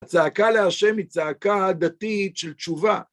הצעקה לאשם היא צעקה דתית של תשובה.